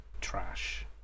trash